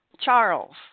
Charles